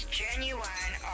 genuine